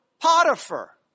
Potiphar